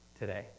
today